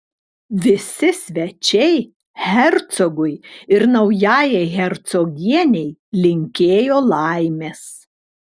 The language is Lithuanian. visi svečiai hercogui ir naujajai hercogienei linkėjo laimės